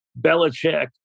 Belichick